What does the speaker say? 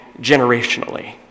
generationally